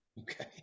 Okay